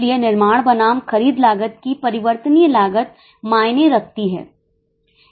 इसलिए निर्माण बनाम खरीद लागत की परिवर्तनीय लागत मायने रखती है